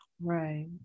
Right